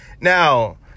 Now